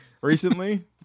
recently